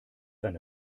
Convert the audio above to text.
eine